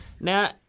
Now